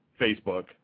Facebook